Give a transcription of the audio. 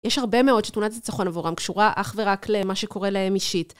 יש הרבה מאוד שתמונת ניצחון עבורם קשורה אך ורק למה שקורה להם אישית.